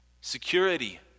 Security